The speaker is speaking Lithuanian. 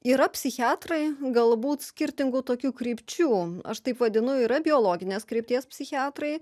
yra psichiatrai galbūt skirtingų tokių krypčių aš taip vadinu yra biologinės krypties psichiatrai